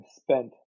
spent